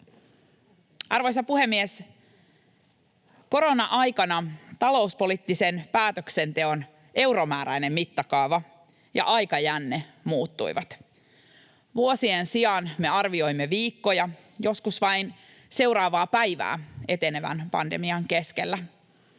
Arvoisa puhemies! Korona-aikana talouspoliittisen päätöksenteon euromääräinen mittakaava ja aikajänne muuttuivat. Vuosien sijaan me arvioimme viikkoja, joskus vain seuraavaa päivää etenevän pandemian keskellä.